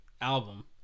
album